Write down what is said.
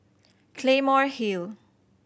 Claymore Hill